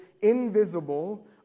invisible